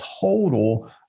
total